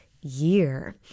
year